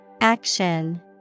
Action